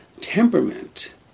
temperament